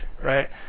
Right